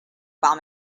bomb